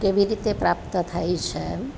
કેવી રીતે પ્રાપ્ત થાય છે એમ